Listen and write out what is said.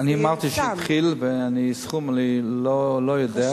אמרתי שהתחיל, סכום אני לא יודע.